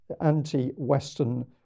anti-Western